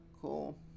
Cool